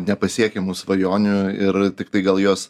nepasiekiamų svajonių ir tiktai gal jos